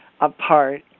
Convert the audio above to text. apart